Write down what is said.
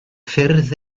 ffyrdd